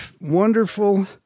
wonderful